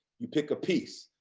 you pick a piece,